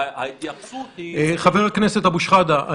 וההתייחסות היא --- חבר הכנסת אבו שחאדה.